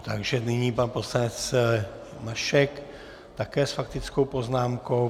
Takže nyní pan poslanec Mašek, také s faktickou poznámkou.